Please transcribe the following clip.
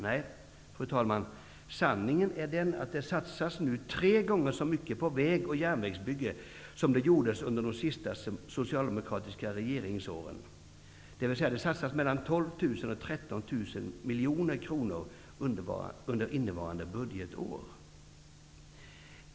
Nej, fru talman, sanningen är att det nu satsas tre gånger så mycket på väg och järnvägsbyggen som det gjordes under de sista socialdemokratiska regeringsåren, dvs. att det satsas mellan 12 000 och 13 000 miljoner kronor under innevarande budgetår.